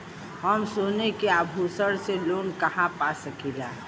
हम सोने के आभूषण से लोन कहा पा सकीला?